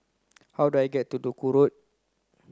how do I get to Duku Road